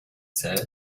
said